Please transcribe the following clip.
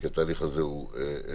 כי התהליך הזה הוא חשוב.